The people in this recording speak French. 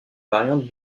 variante